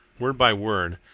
word by word,